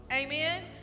Amen